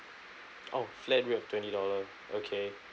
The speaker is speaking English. oh flat rate of twenty dollar okay